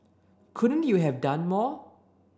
couldn't you have done more